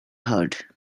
heard